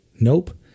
Nope